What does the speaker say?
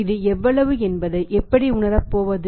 இது எவ்வளவு என்பதை எப்படி உணரப்போவது